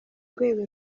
rwego